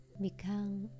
become